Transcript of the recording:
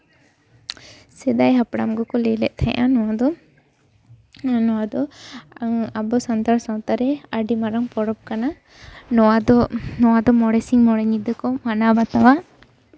ᱥᱮᱫᱟᱭ ᱦᱟᱯᱲᱟᱢ ᱠᱚᱠᱚ ᱞᱟᱹᱭ ᱞᱮᱫ ᱛᱟᱦᱮᱸᱜᱼᱟ ᱱᱚᱣᱟ ᱫᱚ ᱱᱚᱣᱟ ᱫᱚ ᱟᱵᱚ ᱥᱟᱱᱛᱟᱲ ᱥᱟᱶᱛᱟ ᱨᱮ ᱟᱹᱰᱤ ᱢᱟᱨᱟᱝ ᱯᱚᱨᱚᱵᱽ ᱠᱟᱱᱟ ᱱᱚᱣᱟ ᱫᱚ ᱱᱚᱣᱟ ᱫᱚ ᱢᱚᱬᱮ ᱥᱤᱧ ᱢᱚᱬ ᱧᱤᱫᱟᱹ ᱠᱚ ᱢᱟᱱᱟᱣ ᱵᱟᱛᱟᱣᱟ